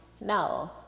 no